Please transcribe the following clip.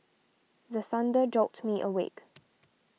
the thunder jolt me awake